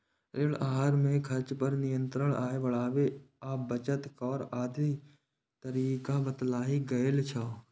ऋण आहार मे खर्च पर नियंत्रण, आय बढ़ाबै आ बचत करै आदिक तरीका बतायल गेल छै